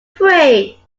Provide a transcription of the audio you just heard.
free